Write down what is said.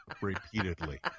repeatedly